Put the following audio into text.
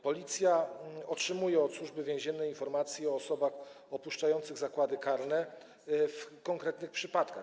Policja otrzymuje od Służby Więziennej informacje o osobach opuszczających zakłady karne w konkretnych przypadkach.